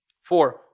Four